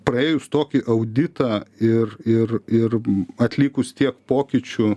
praėjus tokį auditą ir ir ir atlikus tiek pokyčių